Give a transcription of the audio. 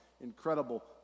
incredible